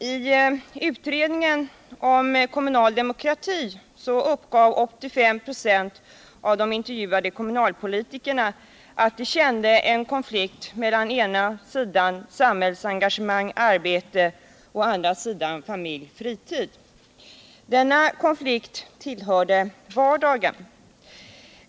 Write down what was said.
Herr talman! I utredningen om kommunal demokrati uppgav 85 96 av de intervjuade kommunalpolitikerna att de kände en konflikt mellan å ena sidan samhällsengagemang-arbete och å andra sidan familj-frihet. Denna konflikt tillhörde vardagen.